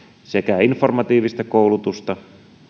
sekä informatiivista koulutusta